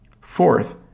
Fourth